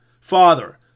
Father